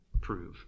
prove